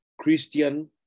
Christian